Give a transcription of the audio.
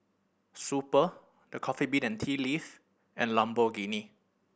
Super The Coffee Bean and Tea Leaf and Lamborghini